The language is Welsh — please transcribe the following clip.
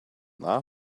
dda